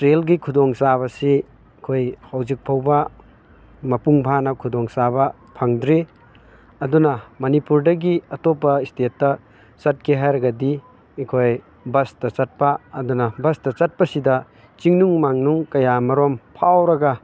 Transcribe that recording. ꯇ꯭ꯔꯦꯜꯒꯤ ꯈꯨꯗꯣꯡ ꯆꯥꯕꯁꯤ ꯑꯩꯈꯣꯏ ꯍꯧꯖꯤꯛ ꯐꯥꯎꯕ ꯃꯄꯨꯡ ꯐꯥꯅ ꯈꯨꯗꯣꯡꯆꯥꯕ ꯐꯪꯗ꯭ꯔꯤ ꯑꯗꯨꯅ ꯃꯅꯤꯄꯨꯔꯗꯒꯤ ꯑꯇꯣꯞꯄ ꯏꯁꯇꯦꯠꯇ ꯆꯠꯀꯦ ꯍꯥꯏꯔꯒꯗꯤ ꯑꯩꯈꯣꯏ ꯕꯁꯇ ꯆꯠꯄ ꯑꯗꯨꯅ ꯕꯁꯇ ꯆꯠꯄꯁꯤꯗ ꯆꯤꯡꯅꯨꯡ ꯃꯥꯅꯨꯡ ꯀꯌꯥ ꯃꯔꯨꯝ ꯐꯥꯎꯔꯒ